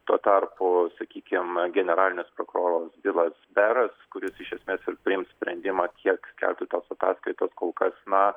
tuo tarpu sakykim generalinis prokuroras bilas beras kuris iš esmės ir priims sprendimą kiek skelbti tos ataskaitos kol kas na